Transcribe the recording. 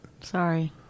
Sorry